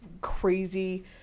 crazy